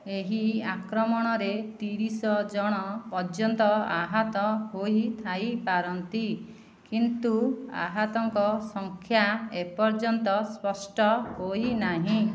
ଏହି ଆକ୍ରମଣରେ ତିରିଶି ଜଣ ପର୍ଯ୍ୟନ୍ତ ଆହତ ହୋଇଥାଇପାରନ୍ତି କିନ୍ତୁ ଆହତଙ୍କ ସଂଖ୍ୟା ଏପର୍ଯ୍ୟନ୍ତ ସ୍ପଷ୍ଟ ହୋଇନାହିଁ